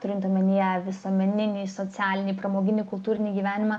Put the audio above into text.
turint omenyje visuomeninį socialinį pramoginį kultūrinį gyvenimą